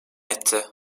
etti